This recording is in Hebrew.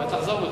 אז תחזור בך.